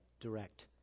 direct